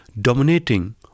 dominating